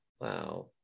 Wow